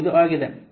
07 ಆಗಿರುತ್ತದೆ